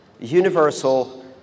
universal